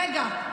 רגע.